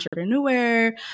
entrepreneur